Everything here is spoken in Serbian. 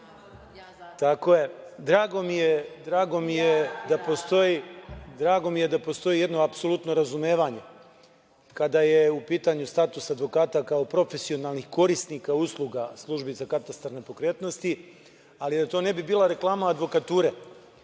advokature. Drago mi je da postoji jedno apsolutno razumevanje kada je u pitanju status advokata kao profesionalnih korisnika usluga službi za Katastar nepokretnosti, ali da to ne bi bila reklama advokature,